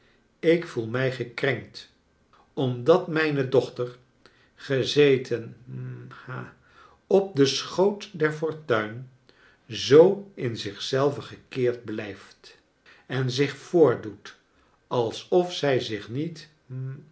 ik voel mij gekrenkt omdat mijne dochter gezeten hm ha op den schoot der fortuin zoo in zich zelve gekeerd blijft en zich voordoet alsof zij zich niet